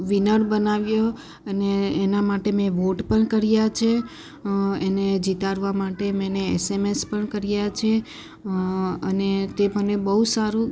winner બનાવ્યો અને એના માટે મેં વોટ પણ કર્યા છે એને જીતાડવા માટે મેને એસએમએસ પણ કર્યા છે તે મને બહુ સારુ